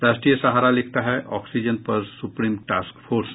राष्ट्रीय सहारा लिखता है ऑक्सीजन पर सुप्रीम टास्क फोर्स